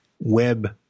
web